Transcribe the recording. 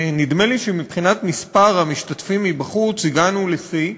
נדמה לי שמבחינת מספר המשתתפים מבחוץ הגענו לשיא,